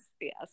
Yes